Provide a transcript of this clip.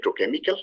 electrochemical